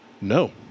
No